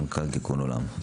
מנכ"ל "תיקון עולם".